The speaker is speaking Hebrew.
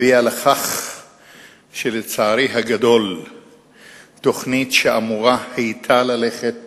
הביאה לצערי הגדול לכך שתוכנית שאמורה היתה להכניס